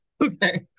Okay